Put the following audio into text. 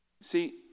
See